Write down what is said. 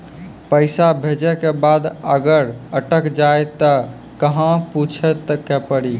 पैसा भेजै के बाद अगर अटक जाए ता कहां पूछे के पड़ी?